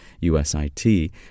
USIT